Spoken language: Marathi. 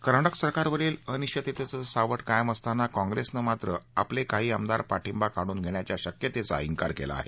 कर्नाटक सरकारवरील अनिश्विततेचं सावट कायम असताना काँग्रेसनं मात्र आपले काही आमदार पाठिंबा काढून घेण्याच्या शक्यतेचा कार केला आहे